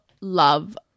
love